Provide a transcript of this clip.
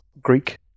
Greek